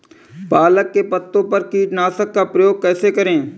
पालक के पत्तों पर कीटनाशक का प्रयोग कैसे करें?